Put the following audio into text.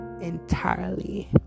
entirely